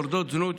שורדות זנות,